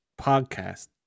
podcast